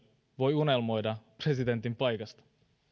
voi unelmoida presidentin paikasta